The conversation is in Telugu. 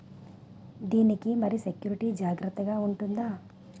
దీని కి మరి సెక్యూరిటీ జాగ్రత్తగా ఉంటుందా?